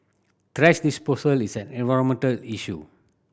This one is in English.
thrash disposal is an environmental issue